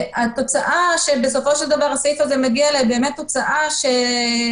התוצאה שבסופו של דבר הסעיף הזה מגיע אליה היא תוצאה שיש